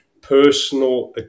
personal